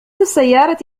السيارة